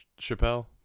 Chappelle